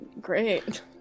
Great